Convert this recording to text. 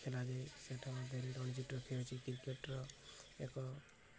ଖେଳାଯାଏ ସେଟା ଖେଳଛିି କ୍ରିକେଟର ଏକ